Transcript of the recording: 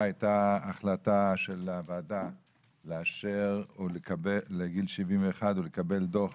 הייתה החלטה של הוועדה לאשר לגיל 71 ולקבל דוח